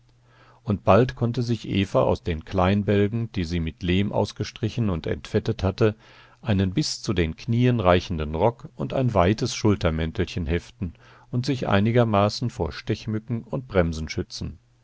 und bald konnte sich eva aus den kleinbälgen die sie mit lehm ausgestrichen und entfettet hatte einen bis zu den knien reichenden rock und ein weites schultermäntelchen heften und sich einigermaßen vor stechmücken und bremsen schützen